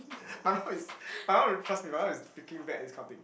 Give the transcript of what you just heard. my mum is my mum will trust me my mum is freaking bad at this kind of thing